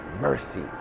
mercy